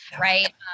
right